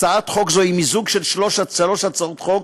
הצעת חוק זו היא מיזוג של שלוש הצעות חוק,